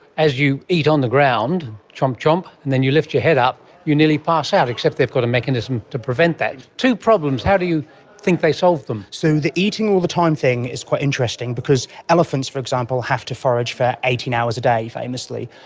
as you eat on the ground, chomp-chomp, and then you lift your head up, you nearly pass out, except they've got a mechanism to prevent that. two problems. how do you think they solved them? so the eating all the time thing is quite interesting because elephants, for example, have to forage for eighteen hours a day, famously,